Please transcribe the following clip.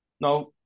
Now